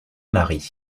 marient